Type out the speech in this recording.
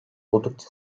oldukça